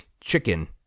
Chicken